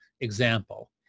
example